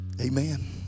Amen